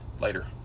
Later